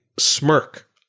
smirk